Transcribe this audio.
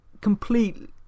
complete